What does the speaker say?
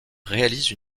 réalise